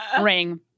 ring